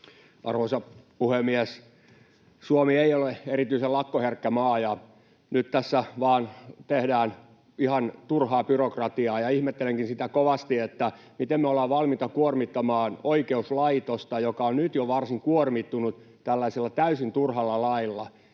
Arvoisa puhemies! Suomi ei ole erityisen lakkoherkkä maa, ja nyt tässä vaan tehdään ihan turhaa byrokratiaa. Ihmettelenkin kovasti sitä, miten me ollaan valmiita kuormittamaan oikeuslaitosta, joka on nyt jo varsin kuormittunut, tällaisella täysin turhalla lailla.